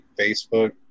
Facebook